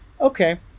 okay